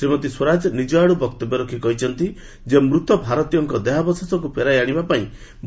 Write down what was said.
ଶ୍ରୀମତୀ ସ୍ୱରାଜ ନିଜ ଆଡୁ ବକ୍ତବ୍ୟ ରଖି କହିଛନ୍ତି ଯେ ମୃତ ଭାରତୀୟଙ୍କ ଦେହାବଶେଷକୁ ଫେରାଇ ଆଶିବା ପାଇଁ